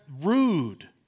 rude